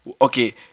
Okay